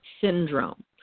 syndrome